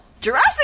Jurassic